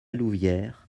louvière